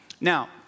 Now